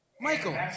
Michael